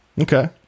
Okay